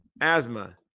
asthma